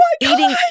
eating